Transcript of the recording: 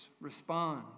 respond